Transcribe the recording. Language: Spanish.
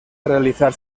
realizar